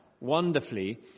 wonderfully